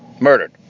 Murdered